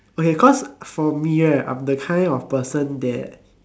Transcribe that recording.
okay cause for me right I'm that kind of person that